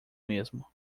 mesmo